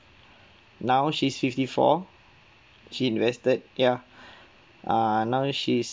now she's fifty-four she invested ya err now she's